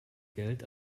geld